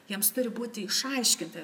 jiems turi būti išaiškinta